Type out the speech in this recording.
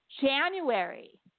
january